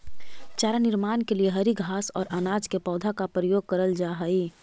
चारा निर्माण के लिए हरी घास और अनाज के पौधों का प्रयोग करल जा हई